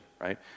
right